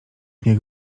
niech